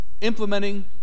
implementing